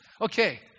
Okay